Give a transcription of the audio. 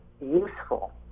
useful